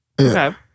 Okay